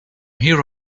here